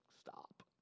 stop